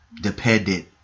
dependent